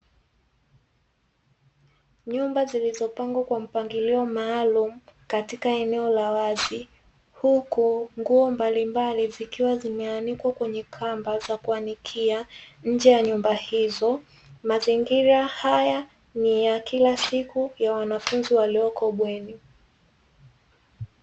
Nyumba zilizopangwa kwa mpangilio maalumu katika eneo la wazi, huku nguo mbalimbali zikiwa zimeanikwa kwenye kamba za kuanikia nje ya nyumba hizo, mazingira haya ni ya kila siku ya wanafunzi walioko bweni.